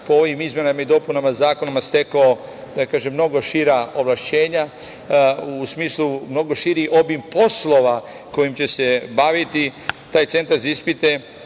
po ovim izmenama i dopunama zakona stekao mnogo šira ovlašćenja, u smislu mnogo širi obim poslova kojim će se baviti taj centar za ispite.